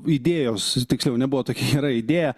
idėjos tiksliau nebuvo tokia gera idėja